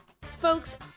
Folks